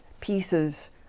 pieces